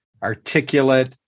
articulate